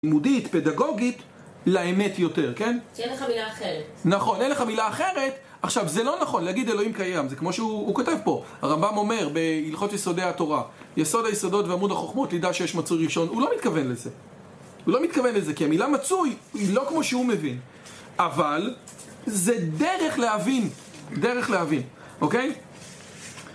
לימודית, פדגוגית, לאמת יותר, כן? שאין לך מילה אחרת. נכון, אין לך מילה אחרת, עכשיו, זה לא נכון להגיד אלוהים קיים, זה כמו שהוא כותב פה, הרמב״ם אומר, בהלכות יסודי התורה, יסוד היסודות ועמוד החוכמות, לידע שיש מצוי ראשון, הוא לא מתכוון לזה. הוא לא מתכוון לזה, כי המילה מצוי, היא לא כמו שהוא מבין. אבל, זה דרך להבין. דרך להבין, אוקיי?